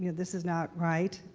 this is not right.